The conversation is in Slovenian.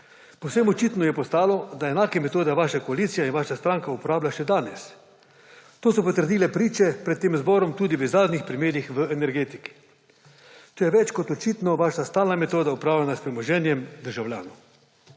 Povsem očitno je postalo, da enake metode vaša koalicija in vaša stranka uporabljata še danes. To so potrdile priče pred tem zborom tudi v zadnjih primerih v energetiki. To je več kot očitno vaša stalna metoda upravljanja s premoženjem državljanov.